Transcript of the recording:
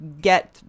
get